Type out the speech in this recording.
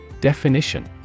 Definition